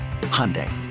Hyundai